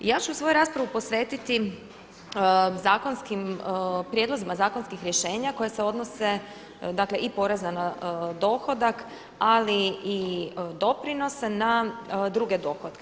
I ja ću svoju raspravu posvetiti zakonskim, prijedlozima zakonskih rješenja koja se odnose dakle i poreza na dohodak, ali i doprinose na druge dohotke.